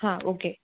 હા ઓકે